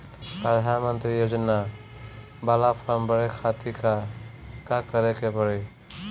प्रधानमंत्री योजना बाला फर्म बड़े खाति का का करे के पड़ी?